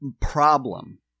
problem